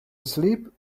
asleep